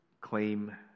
claim